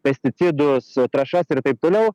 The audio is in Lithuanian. pesticidus trąšas ir taip toliau